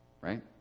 Right